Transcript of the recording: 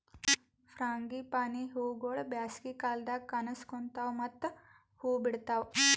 frangipani ಹೂವುಗೊಳ್ ಬ್ಯಾಸಗಿ ಕಾಲದಾಗ್ ಕನುಸ್ಕೋತಾವ್ ಮತ್ತ ಹೂ ಬಿಡ್ತಾವ್